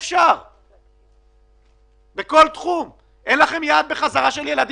יכול להיות שיישארו גופים מחוץ למערכת.